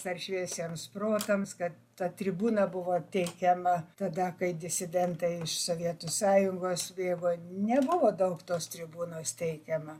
ar šviesiems protams kad ta tribūna buvo teikiama tada kai disidentai iš sovietų sąjungos bėgo nebuvo daug tos tribūnos teikiama